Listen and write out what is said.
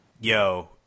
yo